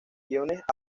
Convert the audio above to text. guiones